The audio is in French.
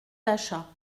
d’achat